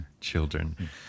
children